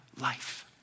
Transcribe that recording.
life